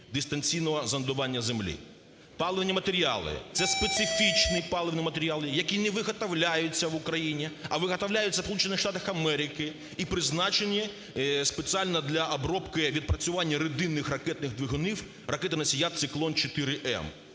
дистанційного зондування землі. Паливні матеріали, це специфічні паливні матеріали, які не виготовляються в Україні, а виготовляються у Сполучених Штатах Америки і призначені спеціально для обробки відпрацювання рідинних ракетних двигунів ракети-носія "Циклон-4М".